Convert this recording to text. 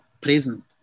present